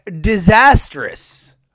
disastrous